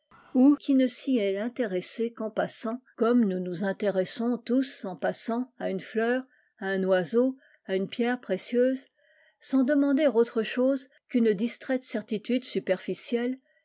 qui ne s'y est intéressé qu'en passant comme nous nous intéressons tous en passant à une fleur à un oiseau à une pierre précieuse sans demander autre chose qu'une distraite certitude superficielle